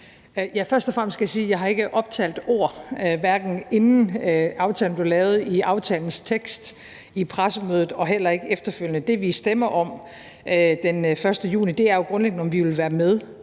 Først og fremmest skal jeg sige, at jeg ikke har optalt ord, hverken inden aftalen blev lavet, i aftalens tekst, på pressemødet eller efterfølgende. Det, vi stemmer om den 1. juni, er grundlæggende, om vi vil være med,